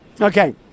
okay